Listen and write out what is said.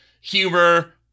humor